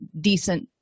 decent